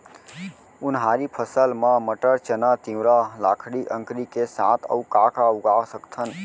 उनहारी फसल मा मटर, चना, तिंवरा, लाखड़ी, अंकरी के साथ अऊ का का उगा सकथन?